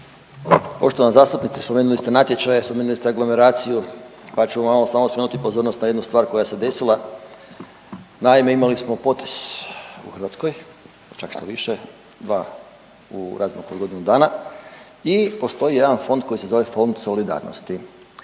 Poštovana zastupnice spomenuli ste natječaje, spomenuli ste aglomeraciju, pa ću malo samo skrenuti pozornost na jednu stvar koja se desila. Naime, imali smo potres u Hrvatskoj, čak štoviše dva u razmaku od godinu dana i postoji jedan fond koji se zove Fond solidarnosti.